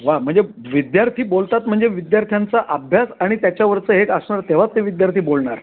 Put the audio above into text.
वा म्हणजे विद्यार्थी बोलतात म्हणजे विद्यार्थ्यांचा अभ्यास आणि त्याच्यावरचं हे एक असणार तेव्हाच ते विद्यार्थी बोलणार